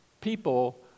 people